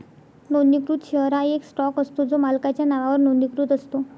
नोंदणीकृत शेअर हा एक स्टॉक असतो जो मालकाच्या नावावर नोंदणीकृत असतो